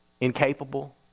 Incapable